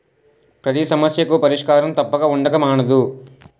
పతి సమస్యకు పరిష్కారం తప్పక ఉండక మానదు